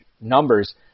numbers